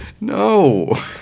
No